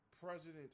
president